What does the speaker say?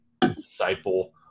disciple